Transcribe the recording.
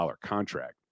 contract